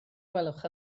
gwelwch